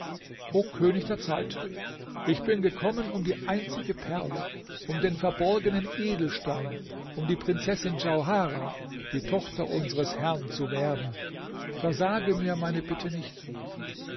o könig der zeit ich bin gekommen um die einzige perle um den verborgenen edelstein um die prinzessin djauharah die tochter unsres herrn zu werben versage mir meine bitte nicht